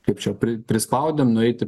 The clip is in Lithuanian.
kaip čia pri prispaudėm nueiti